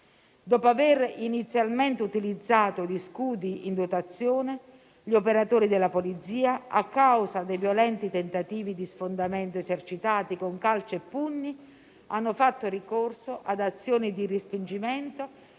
Dopo aver inizialmente utilizzato gli scudi in dotazione, gli operatori della polizia, a causa dei violenti tentativi di sfondamento esercitati con calci e pugni, hanno fatto ricorso ad azioni di respingimento